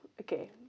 okay